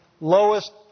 lowest